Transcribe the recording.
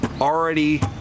already